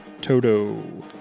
Toto